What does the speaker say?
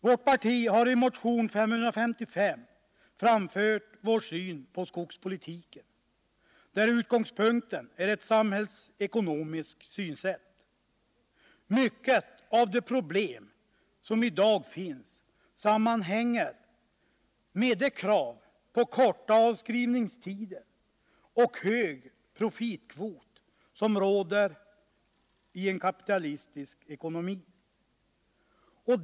Vi har i motion 555 framfört vårt partis syn på skogspolitiken, där utgångspunkten är ett samhällsekonomiskt synsätt. Mycket av de problem som i dag finns sammanhänger med de krav på korta avskrivningstider och hög profitkvot som råder i en kapitalistisk ekonomi.